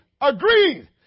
agreed